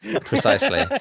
Precisely